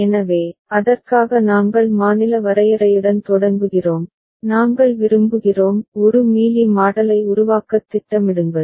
எனவே அதற்காக நாங்கள் மாநில வரையறையுடன் தொடங்குகிறோம் நாங்கள் விரும்புகிறோம் ஒரு மீலி மாடலை உருவாக்கத் திட்டமிடுங்கள்